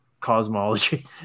cosmology